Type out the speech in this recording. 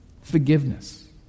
forgiveness